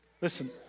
Listen